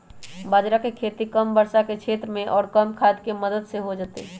बाजरा के खेती कम वर्षा के क्षेत्र में और कम खाद के मदद से हो जाहई